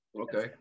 Okay